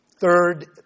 Third